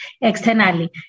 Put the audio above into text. externally